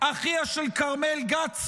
אחיה של כרמל גת,